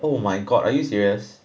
oh my god are you serious